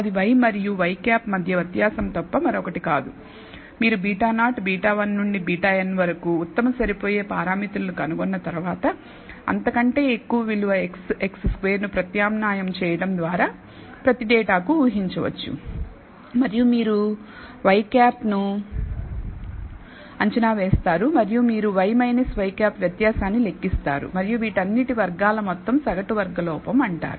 అది y మరియు ŷ మధ్య వ్యత్యాసం తప్ప మరొకటి కాదు మీరు β0 β1 నుండి βn వరకు ఉత్తమ సరిపోయే పారామితులను కనుగొన్న తర్వాత అంతకంటే ఎక్కువ విలువ x x2ను ప్రత్యామ్నాయం చేయడం ద్వారా ప్రతి డేటాకు ఊహించవచ్చు మరియు మీరు ŷ ను అంచనా వేస్తారు మరియు మీరు y ŷ వ్యత్యాసాన్ని లెక్కిస్తారు మరియు వీటన్నిటి వర్గాల మొత్తం సగటు వర్గ లోపం అంటారు